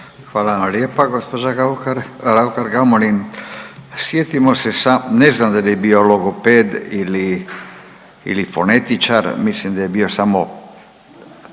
Hvala vam lijepa gospođa Raukar Gamulin. Sjetimo se, ne znam da li je bio logoped ili, ili fonetičar mislim da je bio samo